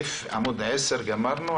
עמוד 10 גמרנו.